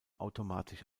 automatisch